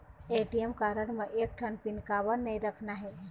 ATM card म एक ठन पिन काबर नई रखना हे?